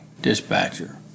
Dispatcher